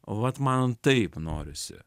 vat man taip norisi